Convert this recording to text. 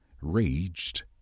raged